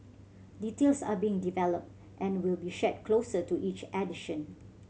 details are being developed and will be shared closer to each edition